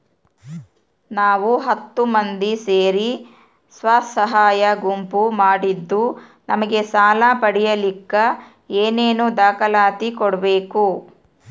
ನಾವು ಹತ್ತು ಮಂದಿ ಸೇರಿ ಸ್ವಸಹಾಯ ಗುಂಪು ಮಾಡಿದ್ದೂ ನಮಗೆ ಸಾಲ ಪಡೇಲಿಕ್ಕ ಏನೇನು ದಾಖಲಾತಿ ಕೊಡ್ಬೇಕು?